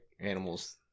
animals